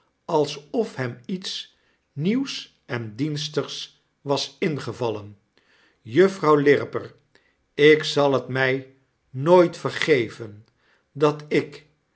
alsof hem iets nieuws en dienstigs wasingevallen juffrouw lirriper ik zal het my nooit vergeven dat ik